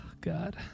God